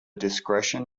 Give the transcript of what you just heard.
discretion